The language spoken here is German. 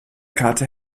karte